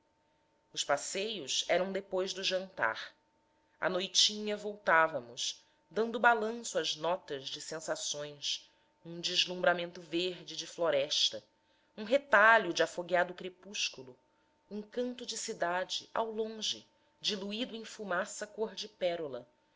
os passeios eram depois do jantar à noitinha voltávamos dando balanço às notas de sensações um deslumbramento verde de floresta um retalho de afogueado crepúsculo um canto de cidade ao longe diluído em fumaça cor de pérola